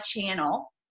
channel